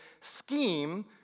scheme